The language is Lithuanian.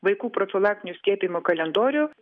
vaikų profilaktinių skiepijimų kalendorių